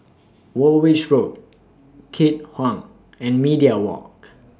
Woolwich Road Keat Hong and Media Walk